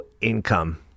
income